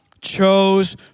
chose